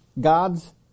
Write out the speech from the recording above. gods